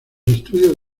estudios